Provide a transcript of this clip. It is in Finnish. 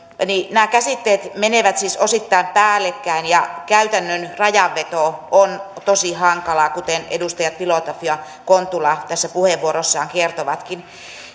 käsitteet menevät siis osittain päällekkäin ja käytännön rajanveto on tosi hankalaa kuten edustajat filatov ja kontula tässä puheenvuoroissaan kertoivatkin